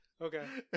Okay